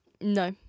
No